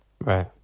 Right